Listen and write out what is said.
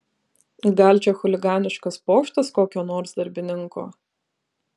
gal čia chuliganiškas pokštas kokio nors darbininko